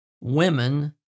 women